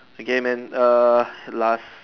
okay man err last